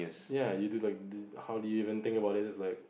ya you do like this how do you even think about this is like